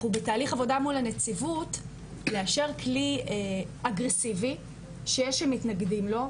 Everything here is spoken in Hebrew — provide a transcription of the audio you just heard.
אנחנו בתהליך עבודה מול הנציבות לאשר כלי אגרסיבי שיש שמתנגדים לו,